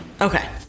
Okay